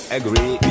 agree